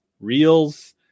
reels